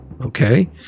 Okay